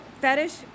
fetish